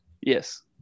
Yes